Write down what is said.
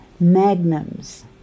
magnums